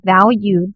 valued